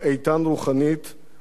ראינו והתעצבנו.